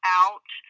out